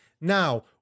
Now